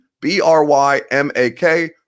B-R-Y-M-A-K